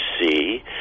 see